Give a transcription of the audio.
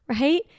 right